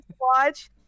watch